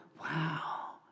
wow